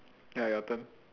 ya your turn